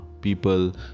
people